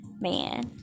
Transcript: man